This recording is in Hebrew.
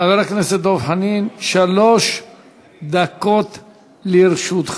חבר הכנסת דב חנין, שלוש דקות לרשותך.